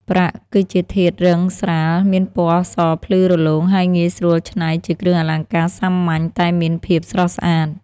ប្រាក់ គឺជាធាតុរឹងស្រាល មានពណ៌សភ្លឺរលោង ហើយងាយស្រួលច្នៃជាគ្រឿងអលង្ការសាមញ្ញតែមានភាពស្រស់ស្អាត។